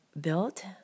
built